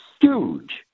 huge